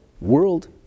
World